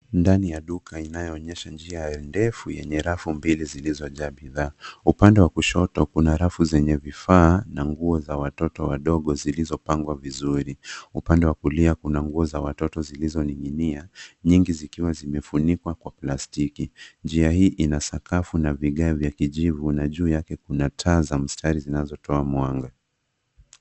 Ndani ya duka inayo onyesha njia ndefu yenye rafu mbili zilizojaa bidha. Upande wa kushoto kuna rafu zenye vifaa na nguo za watoto wadogo zilizopangwa vizuri. Upande wa kulia kuna nguo za watoto zilizoning'inia, nyingi zikiwa zimefunikwa kwa plastiki. Njia hii ina sakafu na vigae vya kijivu na juu yake kuna taa za mstari zinazo toa mwanga.